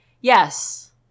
Yes